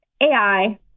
AI